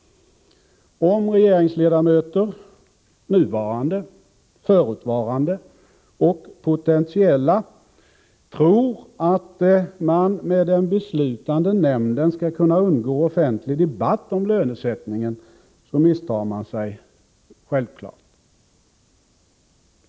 Om regeringsledamöter — nuvarande, förutvarande och potentiella — tror att man med den beslutande nämnden skall kunna undgå offentlig debatt om lönesättningen misstar man sig självfallet.